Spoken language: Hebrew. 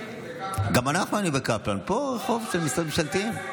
גם אנחנו היינו בקפלן, פה, לא רחוק.